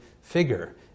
figure